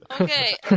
Okay